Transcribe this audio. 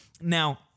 Now